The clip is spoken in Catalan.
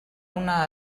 una